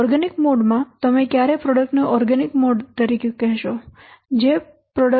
organic mode માં તમે ક્યારે પ્રોડક્ટને ઓર્ગેનિક મોડ તરીકે કહેશો